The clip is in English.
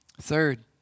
Third